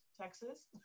Texas